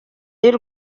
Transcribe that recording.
y’u